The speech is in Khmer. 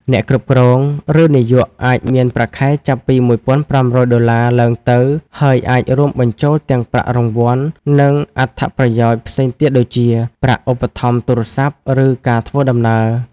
អ្នកគ្រប់គ្រង ឬនាយក អាចមានប្រាក់ខែចាប់ពី $1,500 (USD) ឡើងទៅ ហើយអាចរួមបញ្ចូលទាំងប្រាក់រង្វាន់ និងអត្ថប្រយោជន៍ផ្សេងទៀតដូចជា ប្រាក់ឧបត្ថម្ភទូរស័ព្ទ ឬការធ្វើដំណើរ។